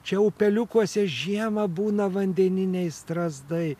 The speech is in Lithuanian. čia upeliukuose žiemą būna vandeniniai strazdai